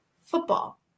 football